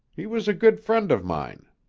he was a good friend of mine.